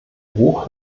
hoch